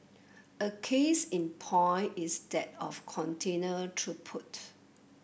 a case in point is that of container throughput